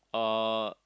uh